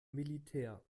militär